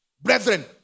Brethren